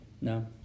No